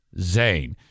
Zane